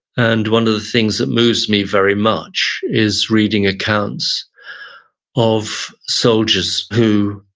and one of the things that moves me very much is reading accounts of soldiers who